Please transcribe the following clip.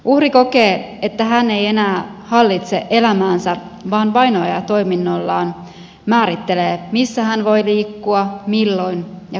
uhri kokee että hän ei enää hallitse elämäänsä vaan vainoaja toiminnoillaan määrittelee missä hän voi liikkua milloin ja kenen kanssa